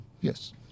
Yes